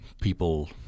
people